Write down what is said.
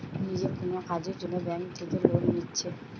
নিজের কুনো কাজের জন্যে ব্যাংক থিকে লোন লিচ্ছে